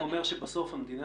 אני רק אומר שבסוף המדינה,